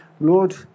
Lord